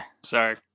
Sorry